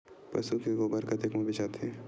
पशु के गोबर कतेक म बेचाथे?